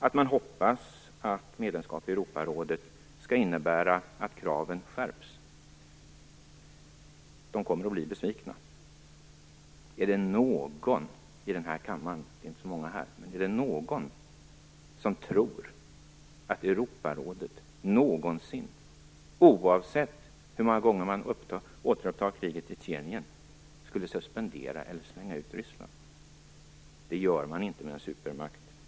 De hoppas att ett medlemskap i Europarådet skall innebära att kraven skärps. De kommer att bli besvikna. Finns det någon i den här kammaren - det är inte så många här - som tror att Europarådet någonsin skulle suspendera eller slänga ut Ryssland, oavsett hur många gånger man återupptar kriget i Tjetjenien. Det gör man inte med en supermakt.